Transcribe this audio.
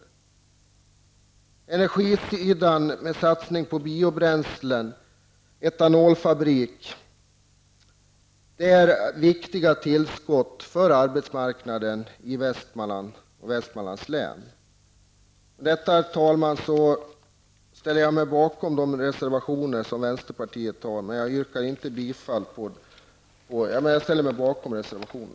När det gäller energin skapar satsningar på biobränslen och etanolfabrik viktiga tillskott för arbetsmarknaden i Västmanlands län. Herr talman! Med detta ställer jag mig bakom de reservationer som vänsterpartiet har avgivit till detta betänkande.